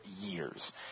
years